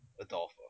Adolfo